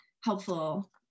helpful